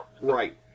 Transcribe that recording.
Right